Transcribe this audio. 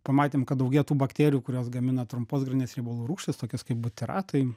pamatėm kad daugėja tų bakterijų kurios gamina trumpos grandinės riebalų rūgštis tokias kaip butiratai